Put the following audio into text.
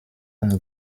und